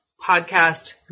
podcast